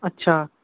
अच्छा